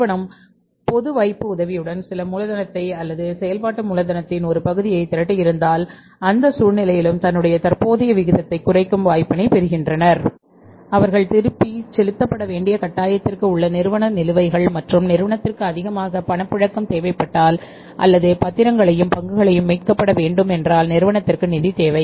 நிறுவனம் பொது வைப்பு உதவியுடன் சில மூலதனத்தை அல்லது செயல்பாட்டு மூலதனத்தின் ஒரு பகுதியை திரட்டியிருந்தால் அந்த சூழ்நிலையிலும் தன்னுடைய தற்போதைய விகிதத்தை குறைக்கும் வாய்ப்பினைப் பெறுகின்றனர் அவர்கள் திருப்பிச் செலுத்தப்படவேண்டிய கட்டாயத்திற்கு உள்ள நிறுவன நிலுவைகள் மற்றும் நிறுவனத்திற்கு அதிகமாக பணப்புழக்கம் தேவைப்பட்டால் அல்லது பத்திரங்களையும் பங்குகளையும் மீட்கப்பட வேண்டும் என்றால் நிறுவனத்திற்கு நிதி தேவை